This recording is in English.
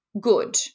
good